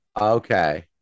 Okay